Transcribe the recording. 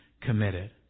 committed